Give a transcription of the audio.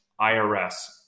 IRS